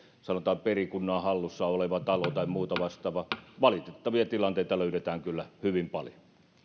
sanotaan perikunnan hallussa oleva talo tai muuta vastaavaa valitettavia tilanteita löydetään kyllä hyvin paljon